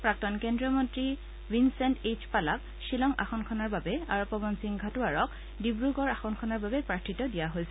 প্ৰাক্তন কেন্দ্ৰীয় মন্ত্ৰী ৱিন্চেণ্ট এইচ পালাক শ্বিলং আসনখনৰ বাবে আৰু পৱন সিং ঘাটোৱাৰক ডিব্ৰগড়ৰ আসনখনৰ বাবে প্ৰাৰ্থীত্ব দিয়া হৈছে